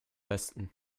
westen